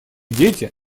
дети